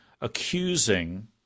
accusing